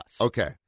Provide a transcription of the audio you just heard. Okay